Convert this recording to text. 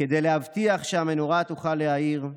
כדי להבטיח שהמנורה תוכל להאיר,